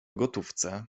gotówce